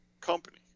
company